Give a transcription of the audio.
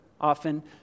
Often